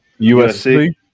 USC